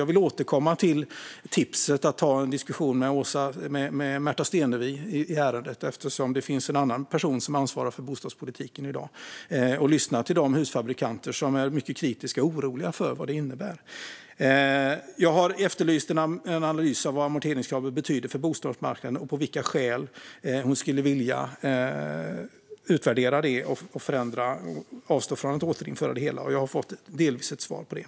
Jag vill återkomma till tipset att ta en diskussion med Märta Stenevi i ärendet, eftersom hon ansvarar för bostadspolitiken i dag, och att lyssna till de husfabrikanter som är mycket kritiska och oroliga för vad detta innebär. Jag har efterlyst en analys av vad amorteringskravet betyder för bostadsmarknaden och av vilka skäl statsrådet skulle vilja utvärdera det och avstå från att återinföra det. Jag har delvis fått ett svar på det.